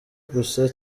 gusa